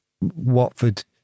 Watford